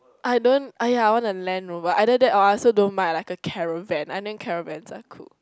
I don't (aiya) I want a Land Rover either that or I also don't mind like a caravan I think caravans are cool